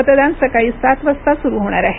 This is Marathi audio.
मतदान सकाळी सात वाजता सुरू होणार आहे